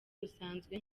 rusanzwe